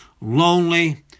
lonely